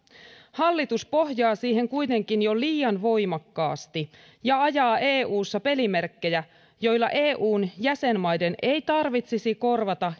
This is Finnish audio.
hallitus pohjaa siihen kuitenkin jo liian voimakkaasti ja ajaa eussa pelimerkkejä joilla eun jäsenmaiden ei tarvitsisi korvata